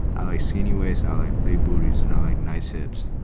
i see anyways out i big booties and i like nice hips.